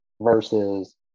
versus